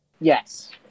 Yes